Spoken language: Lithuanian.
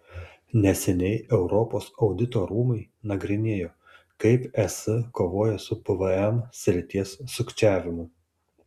neseniai europos audito rūmai nagrinėjo kaip es kovoja su pvm srities sukčiavimu